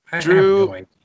Drew